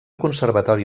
conservatori